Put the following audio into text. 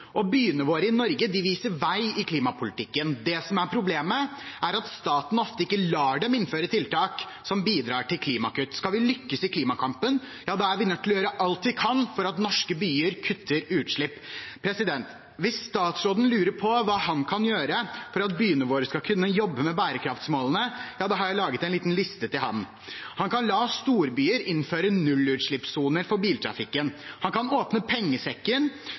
Byene våre i Norge viser vei i klimapolitikken. Det som er problemet, er at staten ofte ikke lar dem innføre tiltak som bidrar til klimakutt. Skal vi lykkes i klimakampen, er vi nødt til å gjøre alt vi kan for at norske byer kutter utslipp. Hvis statsråden lurer på hva han kan gjøre for at byene våre skal kunne jobbe med bærekraftsmålene, har jeg laget en liten liste til ham. Han kan la storbyer innføre nullutslippssoner for biltrafikken. Han kan åpne pengesekken